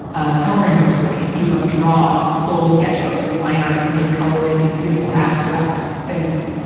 ah, coloring books for me. he would, like, draw full sketchbooks of line art for me to color in these beautiful, abstract things.